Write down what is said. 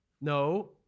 No